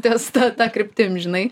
ties ta ta kryptim žinai